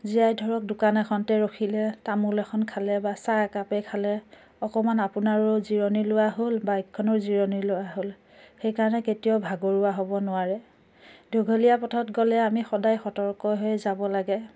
জিৰাই ধৰক দোকান এখনতে ৰখিলে তামোল এখন খালে বা চাহ একাপেই খালে অকণমান আপোনাৰো জিৰণি লোৱা হ'ল বাইকখনো জিৰণি লোৱা হ'ল সেইকাৰণে কেতিয়াও ভাগৰুৱা হ'ব নোৱাৰে দীঘলীয়া পথত গ'লে আমি সদায় সতৰ্ক হৈয়ে যাব লাগে